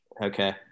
Okay